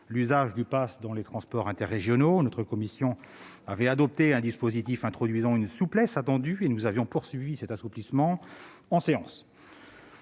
l'usage du passe dans les transports interrégionaux. Notre commission avait adopté un dispositif introduisant une souplesse attendue, et nous avions poursuivi cet assouplissement en séance.